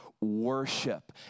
worship